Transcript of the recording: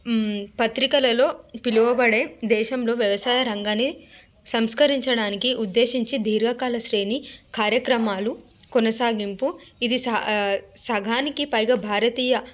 పత్రికలలో పిలువబడే దేశంలో వ్యవసాయ రంగాన్ని సంస్కరించడానికి ఉద్దేశించి దీర్ఘకాలశ్రేణి కార్యక్రమాలు కొనసాగింపు ఇది స సగానికి పైగా భారతీయ